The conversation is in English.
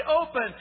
open